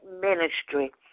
ministry